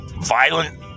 violent